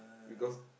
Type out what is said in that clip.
because